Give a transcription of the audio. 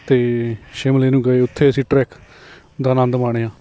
ਅਤੇ ਸ਼ਿਮਲੇ ਨੂੰ ਗਏ ਉੱਥੇ ਅਸੀਂ ਟਰੈਕ ਦਾ ਆਨੰਦ ਮਾਣਿਆ